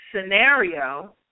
scenario